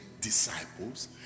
disciples